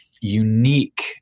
unique